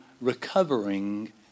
recovering